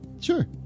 Sure